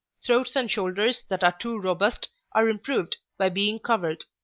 throats and shoulders that are too robust are improved by being covered.